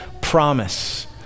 promise